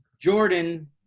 Jordan